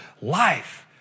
life